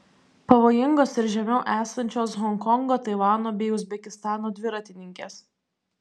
pavojingos ir žemiau esančios honkongo taivano bei uzbekistano dviratininkės